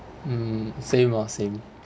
mm same lor same